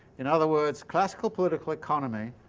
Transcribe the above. in other words classical political economy